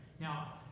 Now